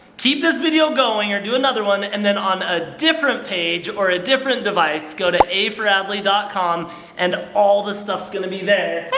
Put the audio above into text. keep this video going, or do another one, and then on a different page, or a different device, go to aforadley dot com and all the stuff's gonna be there.